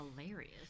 hilarious